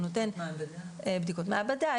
הוא נותן בדיקות מעבדה.